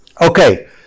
Okay